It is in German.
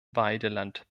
weideland